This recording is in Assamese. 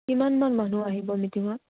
কিমানমান মানুহ আহিব মিটিঙত